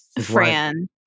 Fran –